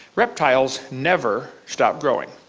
reptiles never stop growing.